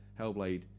Hellblade